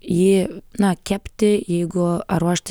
jį na kepti jeigu ar ruošti